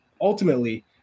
ultimately